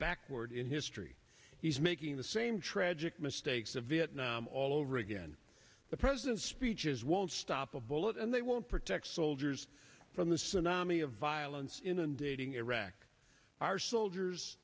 backward in history he's making the same tragic mistakes of vietnam all over again the president's speeches won't stop a bullet and they won't protect soldiers from the tsunami of violence inundating iraq our soldiers